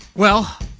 well,